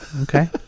Okay